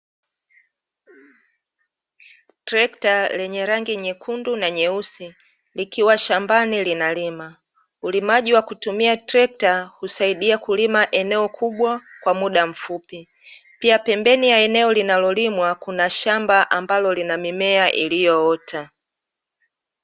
Trekta lenye rangi nyekundu na nyeusi, likiwa shambani linalima. Ulimaji wa kutumia trekta, husaidia kulima eneo kubwa kwa muda mfupi. Pia pembeni ya eneo linalolimwa kuna shamba ambalo lina mimea iliyoota.